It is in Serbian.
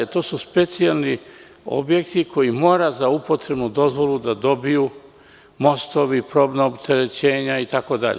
To su specijalni objekti koji moraju za upotrebnu dozvolu da dobiju, zatim, mostovi, probna opterećenja itd.